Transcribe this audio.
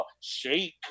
shake